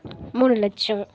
மூணு லட்சம்